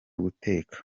guteka